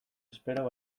espero